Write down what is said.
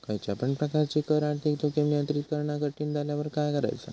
खयच्या पण प्रकारची कर आर्थिक जोखीम नियंत्रित करणा कठीण झाल्यावर काय करायचा?